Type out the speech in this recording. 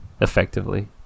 effectively